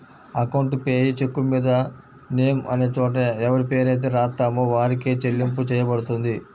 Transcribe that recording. account payee చెక్కుమీద name అనే చోట ఎవరిపేరైతే రాత్తామో వారికే చెల్లింపు చెయ్యబడుతుంది